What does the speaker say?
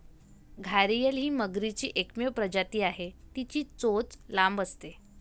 घारीअल ही मगरीची एकमेव प्रजाती आहे, तिची चोच लांब असते